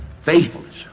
faithfulness